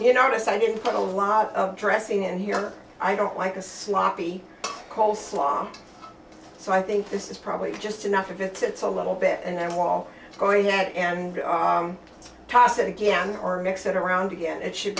to notice i didn't put a lot of dressing in here or i don't like the sloppy coleslaw so i think this is probably just enough of it's a little bit and then while go ahead and toss it again or makes it around again it should